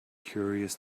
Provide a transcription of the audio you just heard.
curious